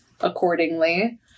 accordingly